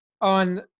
on